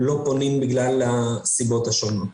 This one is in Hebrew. לא פונים בגלל הסיבות השונות.